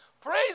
Praise